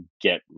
get